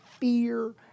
fear